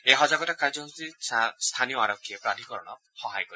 এই সজাগতা কাৰ্যসূচীত স্থানীয় আৰক্ষীয়ে প্ৰাধিকৰণক সহায় কৰিব